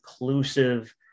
inclusive